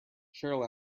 cheryl